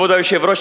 כבוד היושב-ראש,